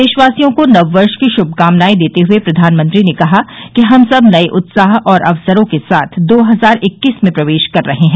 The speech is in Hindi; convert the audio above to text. देशवासियों को नव वर्ष की शुभकामनाएं देते हुएप्रधानमंत्री ने कहा कि हम सब नये उत्साह और अवसरों के साथ दो हजार इक्कीस में प्रवेश कर रहे हैं